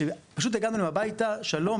ופשוט הגענו אליהם הביתה שלום,